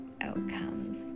outcomes